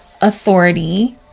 authority